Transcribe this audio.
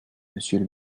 monsieur